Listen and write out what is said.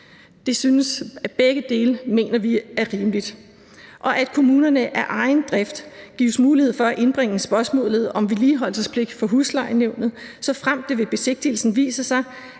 genhusning. Begge dele mener vi er rimeligt. Og kommunerne gives af egen drift mulighed for at indbringe spørgsmålet om vedligeholdelsespligt for huslejenævnet, såfremt det ved besigtigelsen viser sig,